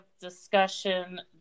discussion